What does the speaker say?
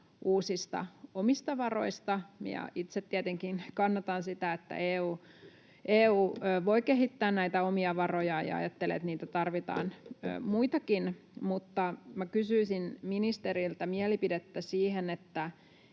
uusista omista varoista, niin itse tietenkin kannatan sitä, että EU voi kehittää näitä omia varojaan ja ajattelen, että niitä tarvitaan muitakin. Mutta minä kysyisin ministeriltä mielipidettä siihen, että